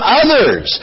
others